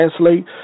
translate